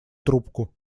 трубку